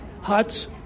huts